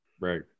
Right